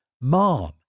Mom